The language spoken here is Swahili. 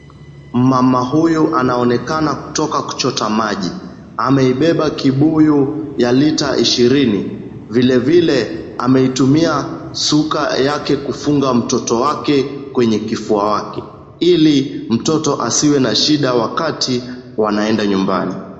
Mama huyu anaonekana kutoka kuchota maji, ameibeba kibuyu ya lita ishirini vile vile ameitumia suka yake kufunga mtoto wake kwenye kifua wake ili mtoto haziwe na shida wakati wanaenda nyumbani.